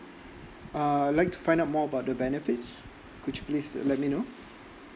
uh I'd like to find out more about the benefits could you please let me know